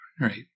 right